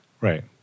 Right